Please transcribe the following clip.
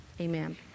Amen